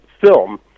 film